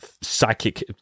psychic